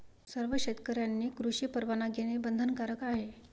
सर्व शेतकऱ्यांनी कृषी परवाना घेणे बंधनकारक आहे